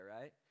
right